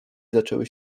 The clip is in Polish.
zaczęły